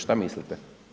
Šta mislite?